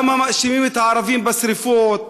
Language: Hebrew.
למה מאשימים את הערבים בשרפות,